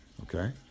Okay